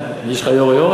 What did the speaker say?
יש לך "יורה יורה",